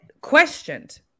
questioned